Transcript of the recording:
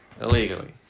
Illegally